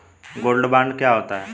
Gold bond क्या होता है?